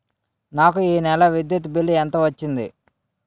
నాకు ఈ నెల విద్యుత్ బిల్లు ఎంత వచ్చింది?